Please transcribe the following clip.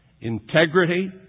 integrity